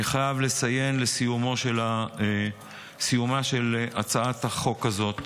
אני חייב לציין, בסיומה של החקיקה הזאת,